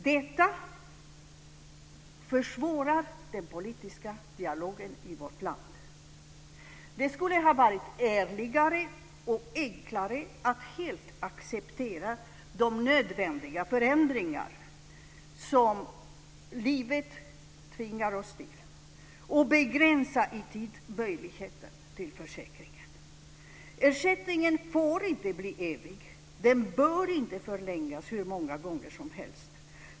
Detta försvårar den politiska dialogen i vårt land. Det skulle ha varit ärligare och enklare att helt acceptera de nödvändiga förändringar som livet tvingar oss till och begränsa i tid möjligheten till försäkringen. Ersättningen får inte bli evig. Den bör inte förlängas hur många gånger som helst.